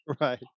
right